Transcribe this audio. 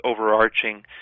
overarching